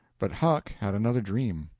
but huck had another dream.